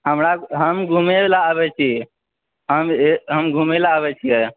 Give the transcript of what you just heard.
हमरा हम घुमै लै आबै छी हम हम घुमै लै आबै छियै